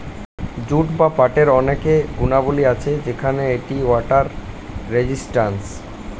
jute বা পাটের অনেক গুণাবলী আছে যেমন এটি ওয়াটার রেজিস্ট্যান্স